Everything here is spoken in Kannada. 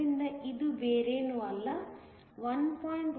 ಆದ್ದರಿಂದ ಇದು ಬೇರೇನೂ ಅಲ್ಲ 1